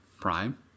Prime